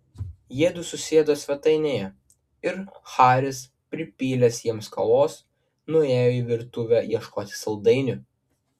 jiedu susėdo svetainėje ir haris pripylęs jiems kavos nuėjo į virtuvę ieškoti saldainių